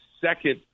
Second